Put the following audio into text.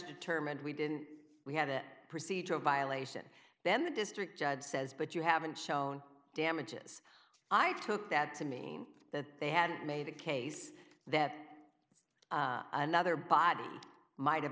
determined we didn't we had a procedure a violation then the district judge says but you haven't shown damages i took that to mean that they had made a case that another body might